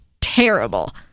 terrible